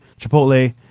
Chipotle